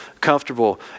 comfortable